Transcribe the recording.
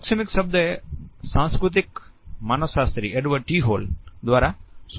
proxemics શબ્દ એ સાંસ્કૃતિક માનવશાસ્ત્રી એડવર્ડ ટી હોલ દ્વારા શોધવામાં આવ્યો હતો